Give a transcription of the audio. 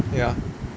ya